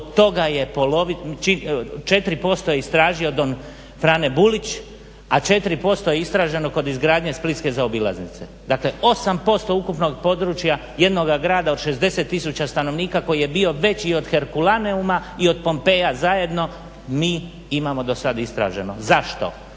od toga je 4% istražio don Frane Bulić, a 4% je istraženo kod izgradnje splitske zaobilaznice. Dakle, 8% ukupnog područja jednoga grada od 60 tisuća stanovnika koji je bio veći od Herkulaneuma i od Pompeja zajedno mi imamo dosad istraženo. Zašto?